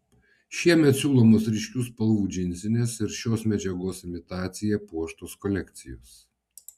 šiemet siūlomos ryškių spalvų džinsinės ir šios medžiagos imitacija puoštos kolekcijos